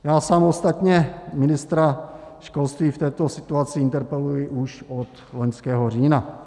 Já sám ostatně ministra školství v této situaci interpeluji už od loňského října.